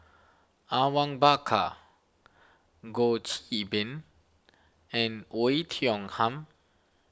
Awang Bakar Goh Qiu Bin and Oei Tiong Ham